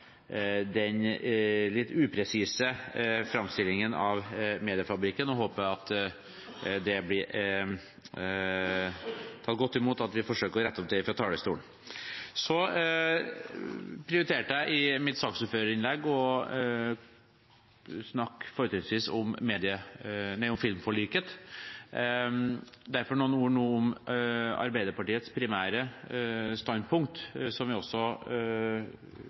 litt upresise framstillingen av Mediefabrikken og håper at det blir tatt godt imot at vi forsøker å rette det opp fra talerstolen. Så prioriterte jeg i mitt saksordførerinnlegg fortrinnsvis å snakke om filmforliket – derfor noen ord nå om Arbeiderpartiets primære standpunkt, som vi også